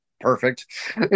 perfect